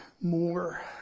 more